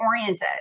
oriented